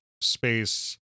space